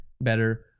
better